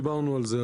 דיברנו על זה,